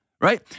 Right